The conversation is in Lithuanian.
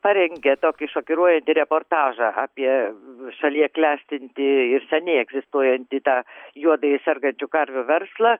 parengė tokį šokiruojantį reportažą apie šalyje klestintį ir seniai egzistuojantį tą juodai sergančių karvių verslą